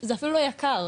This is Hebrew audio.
זה אפילו לא יקר,